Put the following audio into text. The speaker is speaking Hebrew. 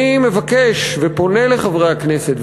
אני מבקש ופונה לחברי הכנסת,